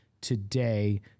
today